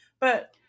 But-